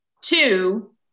two